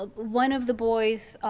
ah one of the boys